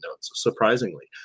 surprisingly